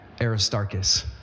Aristarchus